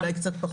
אולי קצת פחות.